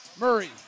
Murray